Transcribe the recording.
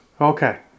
Okay